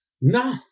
No